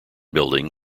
building